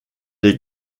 est